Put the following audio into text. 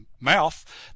Mouth